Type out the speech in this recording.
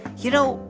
you know,